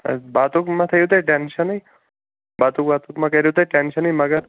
حظ بَتُک ما تھایو تُہۍ ٹیٚنشنٕے بَتُک وَتُک ما کٔرِو تُہۍ ٹیٚنشنٕے مگر